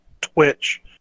Twitch